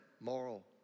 moral